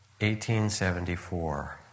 1874